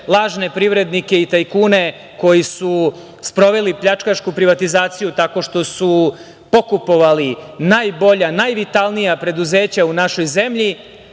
lažne privrednike i tajkune koji su sproveli pljačkašku privatizaciju tako što su pokupovali najbolja, najvitalnija preduzeća u našoj zemlji,